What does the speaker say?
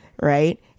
right